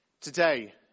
Today